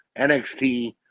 NXT